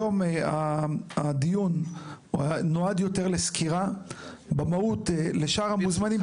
היום הדיון נועד יותר לסקירה במהות לשאר המוזמנים.